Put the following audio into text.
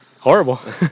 Horrible